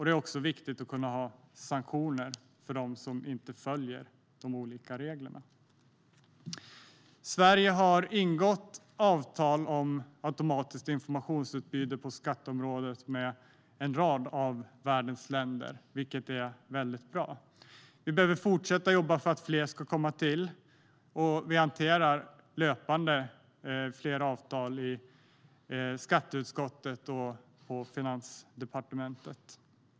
Det är också viktigt att kunna ha sanktioner för dem som inte följer reglerna. Sverige har ingått avtal om automatiskt informationsutbyte på skatteområdet med en rad av världens länder, vilket är väldigt bra. Vi behöver fortsätta jobba för att fler ska komma till, och vi hanterar löpande flera avtal i skatteutskottet och på Finansdepartementet.